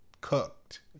cooked